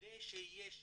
כדי שיהיה שילוב,